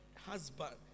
Husband